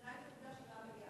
2.7 מיליארד.